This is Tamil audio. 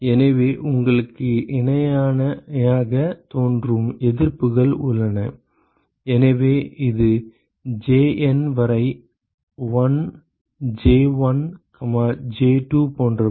எனவே உங்களுக்கு இணையாகத் தோன்றும் எதிர்ப்புகள் உள்ளன எனவே இது JN வரை 1 J1 J2 போன்றவை